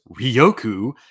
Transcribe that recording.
ryoku